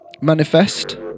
manifest